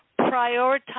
Prioritize